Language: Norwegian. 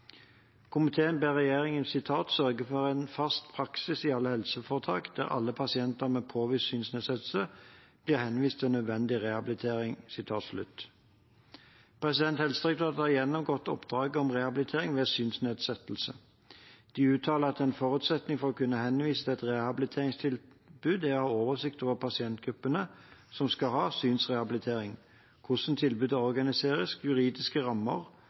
Komiteen ber regjeringen «sørge for en fast praksis i alle helseforetak, der alle pasienter med påvist synsnedsettelse blir henvist til nødvendig rehabilitering». Helsedirektoratet har gjennomgått oppdraget om rehabilitering ved synsnedsettelse. De uttaler at en forutsetning for å kunne henvise til et rehabiliteringstilbud er å ha oversikt over pasientgruppene som skal ha synsrehabilitering, hvordan tilbudet organiseres, juridiske rammer